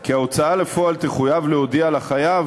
כי ההוצאה לפועל תחויב להודיע לחייב